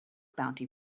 bounty